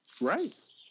Right